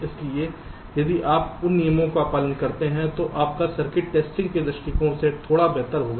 इसलिए यदि आप उन नियमों का पालन करते हैं तो आपका सर्किट टेस्टिंग के दृष्टिकोण से थोड़ा बेहतर होगा